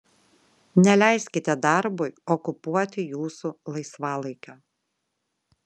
neleiskite darbui okupuoti jūsų laisvalaikio